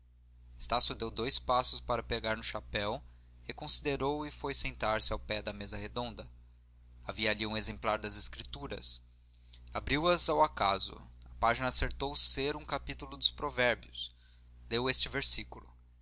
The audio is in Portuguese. estácio deu dois passos para pegar no chapéu reconsiderou e foi sentar-se ao pé da mesa redonda havia ali um exemplar das escrituras abriu as ao acaso a página acertou ser um capítulo dos provérbios leu este versículo